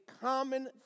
common